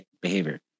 behavior